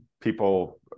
people